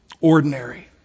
Ordinary